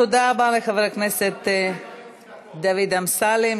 תודה רבה לחבר הכנסת דוד אמסלם,